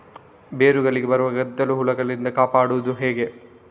ಬೇರುಗಳಿಗೆ ಬರುವ ಗೆದ್ದಲು ಹುಳಗಳಿಂದ ಕಾಪಾಡುವುದು ಹೇಗೆ?